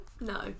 No